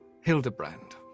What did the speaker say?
Hildebrand